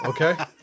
okay